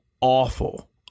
awful